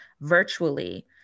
virtually